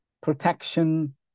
protection